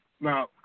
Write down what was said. Now